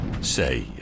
Say